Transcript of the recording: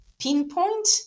pinpoint